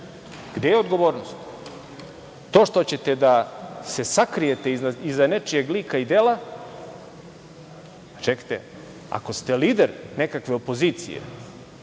Gde je odgovornost? To što ćete da se sakrijete iza nečijeg lika i dela? Čekajte, ako ste lider nekakve opozicije